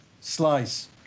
slice